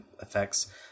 effects